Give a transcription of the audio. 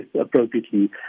appropriately